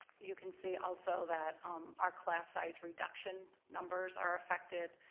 you can see also that our class size reduction numbers are affected.